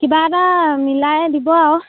কিবা এটা মিলাই দিব আৰু